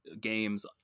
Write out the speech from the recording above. games